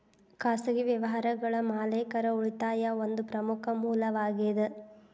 ಖಾಸಗಿ ವ್ಯವಹಾರಗಳ ಮಾಲೇಕರ ಉಳಿತಾಯಾ ಒಂದ ಪ್ರಮುಖ ಮೂಲವಾಗೇದ